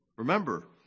Remember